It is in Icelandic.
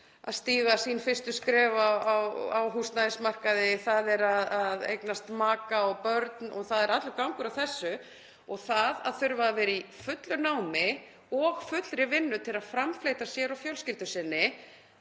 að stíga sín fyrstu skref á húsnæðismarkaði, er að eignast maka og börn og það er allur gangur á þessu og það að þurfa að vera í fullu námi og fullri vinnu til að framfleyta sér og fjölskyldu sinni